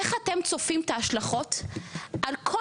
איך אתם צופים את ההשלכות על כל